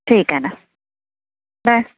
ठीक आहे ना बाय